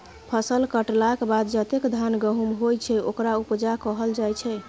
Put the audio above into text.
फसल कटलाक बाद जतेक धान गहुम होइ छै ओकरा उपजा कहल जाइ छै